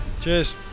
cheers